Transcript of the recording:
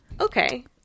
Okay